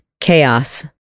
chaos